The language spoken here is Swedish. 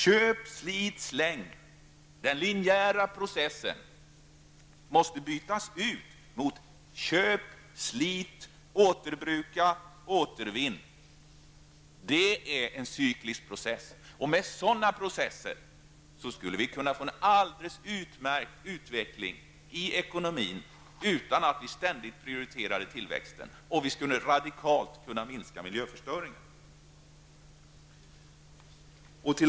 Köp, slit, släng! Den linjära processen måste bytas ut mot: Köp, slit, återbruka och återvinn! Det är en cyklisk process. Med sådana processer skulle vi kunna få en alldeles utmärkt utveckling i ekonomin, utan att ständigt prioritera tillväxten. Vi skulle radikalt kunna minska miljöförstöringen.